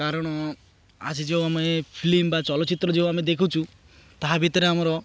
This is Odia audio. କାରଣ ଆଜି ଯେଉଁ ଆମେ ଫିଲ୍ମ୍ ବା ଚଳଚ୍ଚିତ୍ର ଯେଉଁ ଆମେ ଦେଖୁଛୁ ତାହା ଭିତରେ ଆମର